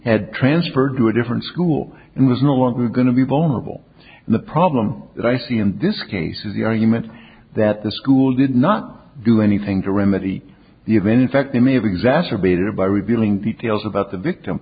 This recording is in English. had transferred to a different school and was no longer going to be vulnerable to the problem that i see in this case of the argument that the school did not do anything to remedy the event in fact they may have exacerbated by revealing details about the victim